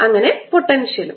അങ്ങനെ പൊട്ടൻഷ്യലും